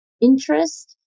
interest